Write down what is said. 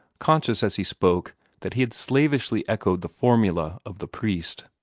conscious as he spoke that he had slavishly echoed the formula of the priest.